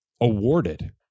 awarded